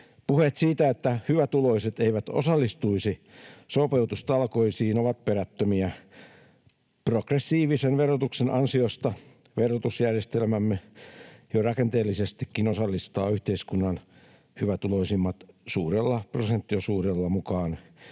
Puheet siitä, että hyvätuloiset eivät osallistuisi sopeutustalkoisiin, ovat perättömiä. Progressiivisen verotuksen ansiosta verotusjärjestelmämme jo rakenteellisestikin osallistaa yhteiskunnan hyvätuloisimmat suurella prosenttiosuudella mukaan